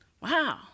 Wow